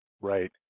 right